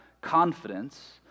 confidence